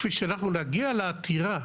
כפי שאנחנו נגיע לעתירה,